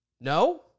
No